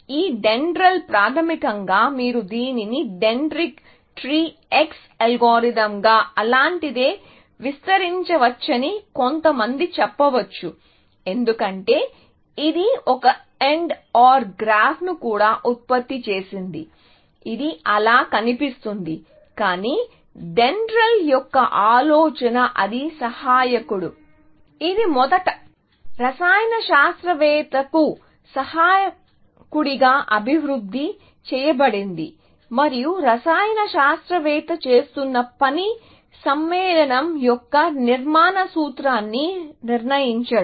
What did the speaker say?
ఈ DENDRAL ప్రాథమికంగా మీరు దీనిని డెంట్రిటెక్ ట్రీ X అల్గోరిథం లేదా అలాంటిదే విస్తరించవచ్చని కొంతమంది చెప్పవచ్చు ఎందుకంటే ఇది ఒక AND OR గ్రాఫ్ను కూడా ఉత్పత్తి చేసింది ఇది అలా కనిపిస్తుంది కానీ డెండ్రాళ్ యొక్క ఆలోచన అది సహాయకుడు ఇది మొదట రసాయన శాస్త్రవేత్తకు సహాయకుడిగా అభివృద్ధి చేయబడింది మరియు రసాయన శాస్త్రవేత్త చేస్తున్న పని సమ్మేళనం యొక్క నిర్మాణ సూత్రాన్ని నిర్ణయించడం